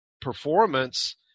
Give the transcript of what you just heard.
performance